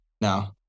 no